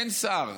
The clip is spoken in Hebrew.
אין שר,